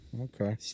Okay